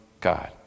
God